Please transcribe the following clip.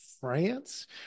France